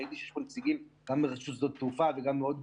ראיתי שיש פה נציגים גם מרשות שדות התעופה וגם מעוד גופים.